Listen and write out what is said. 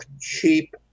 cheap